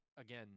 again